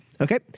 Okay